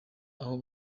aho